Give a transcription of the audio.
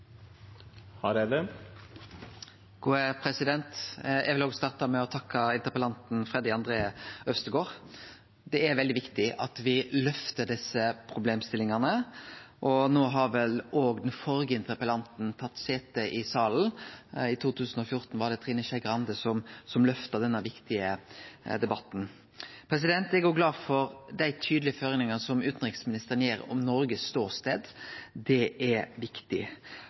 Eg vil også starte med å takke interpellanten Freddy André Øvstegård. Det er veldig viktig at me løftar desse problemstillingane. No har vel også den førre interpellanten tatt sete i salen. I 2014 var det Trine Skei Grande som løfta denne viktige debatten. Eg er glad for dei tydelege føringane som utanriksministeren gir om Noregs ståstad. Det er viktig.